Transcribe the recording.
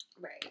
Right